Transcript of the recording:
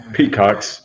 Peacocks